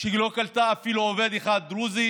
מי לא קלטה אפילו עובד דרוזי